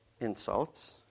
insults